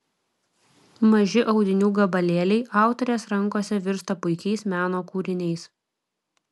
maži audinių gabalėliai autorės rankose virsta puikiais meno kūriniais